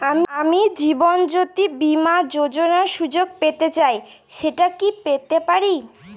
আমি জীবনয্যোতি বীমা যোযোনার সুযোগ পেতে চাই সেটা কি পেতে পারি?